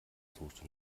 sucht